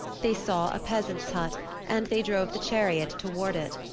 they saw a peasant's hut and they drove the chariot toward it.